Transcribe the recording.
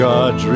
God